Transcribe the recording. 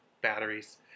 batteries